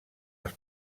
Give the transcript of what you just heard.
les